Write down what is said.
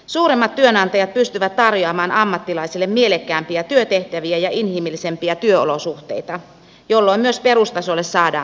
suuremmat työnantajat pystyvät tarjoamaan ammattilaisille mielekkäämpiä työtehtäviä ja inhimillisempiä työolosuhteita jolloin myös perus tasolle saadaan työntekijöitä